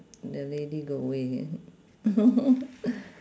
the lady go away eh